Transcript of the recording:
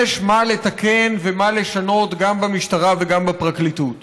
יש מה לתקן ומה לשנות גם במשטרה וגם בפרקליטות,